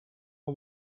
the